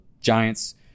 Giants